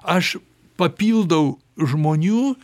aš papildau žmonių